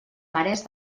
marès